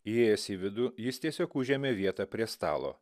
įėjęs į vidų jis tiesiog užėmė vietą prie stalo